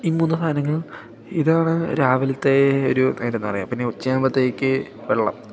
ഈ മൂന്ന് സാധനങ്ങളും ഇതാണ് രാവിലത്തെ ഒരു നേരമെന്നു പറയാം പിന്നെ ഉച്ചയാകുമ്പോഴത്തേക്കു വെള്ളം